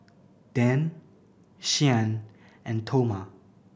Dan Shyann and Toma